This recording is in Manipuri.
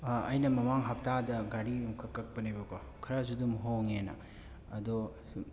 ꯑꯩꯅ ꯃꯃꯥꯡ ꯍꯞꯇꯥꯗ ꯘꯔꯤ ꯑꯝꯈꯛ ꯀꯛꯄꯅꯦꯕꯀꯣ ꯈꯔꯁꯨ ꯑꯗꯨꯝ ꯍꯣꯡꯉꯦꯅ ꯑꯗꯣ